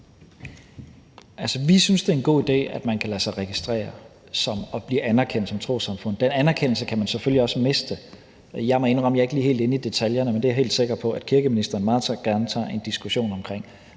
vi synes, det er en god idé, at man som trossamfund kan lade sig registrere og blive anerkendt. Den anerkendelse kan man selvfølgelig også miste, og jeg må indrømme, at jeg ikke lige er helt inde i detaljerne, men det er jeg helt sikker på at kirkeministeren meget gerne tager en diskussion omkring.